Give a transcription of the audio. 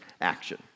action